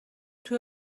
توی